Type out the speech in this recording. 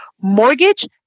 mortgage